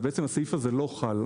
הסעיף הזה לא חל.